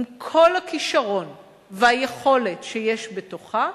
עם כל הכשרון והיכולת שיש בתוכה,